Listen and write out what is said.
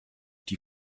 die